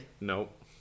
Nope